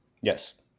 Yes